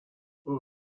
اوه